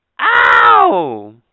ow